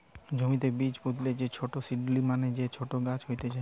জমিতে বীজ পুতলে যে ছোট সীডলিং মানে যে ছোট গাছ হতিছে